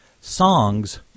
Songs